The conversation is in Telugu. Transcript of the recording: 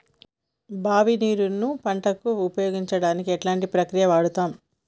బావి నీరు ను పంట కు ఉపయోగించడానికి ఎలాంటి ప్రక్రియ వాడుతం?